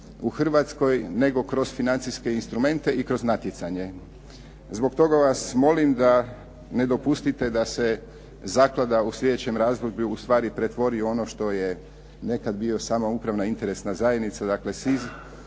u Hrvatskoj nego kroz financijske instrumente i kroz natjecanje. Zbog toga vas molim da ne dopustite da se zaklada u slijedećem razdoblju ustvari pretvori u ono što je nekada bila samoupravna interesna zajednica, dakle SIZ